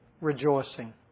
rejoicing